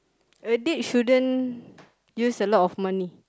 a date shouldn't use a lot of money